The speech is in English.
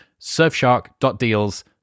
surfshark.deals